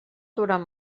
durant